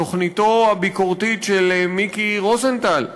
תוכניתו הביקורתית של מיקי רוזנטל,